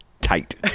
tight